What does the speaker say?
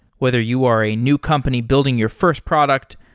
whether you are a new company building your first product,